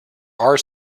are